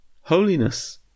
holiness